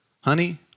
Honey